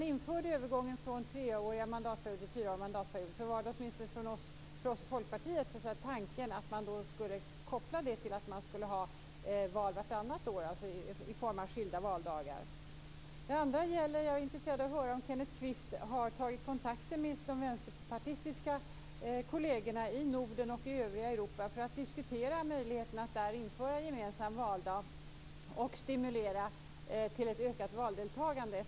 Vid övergången från treåriga mandatperioder till fyraåriga mandatperioder var tanken åtminstone från oss i Folkpartiet att det skulle hållas val vartannat år på skilda valdagar. Den andra frågan är om Kenneth Kvist har tagit kontakter med de vänsterpartistiska kollegerna i Norden och i det övriga Europa för att diskutera möjligheterna att där införa gemensam valdag och därmed stimulera till ett ökat valdeltagande.